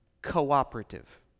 cooperative